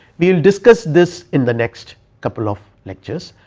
we will discuss this in the next couple of lectures,